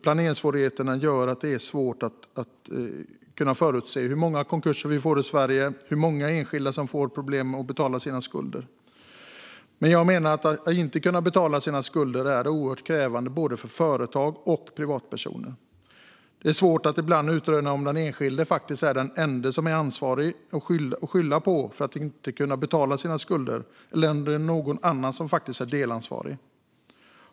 Planeringssvårigheterna gör det också svårt att förutse hur många konkurser vi får i Sverige och hur många enskilda som får problem med att betala sina skulder. Att inte kunna betala sina skulder är oerhört krävande för både företag och privatpersoner. Ibland är det svårt att utröna om den enskilde är den ende att skylla för att den inte kan betala sina skulder eller om någon annan är delansvarig.